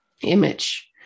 image